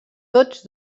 tots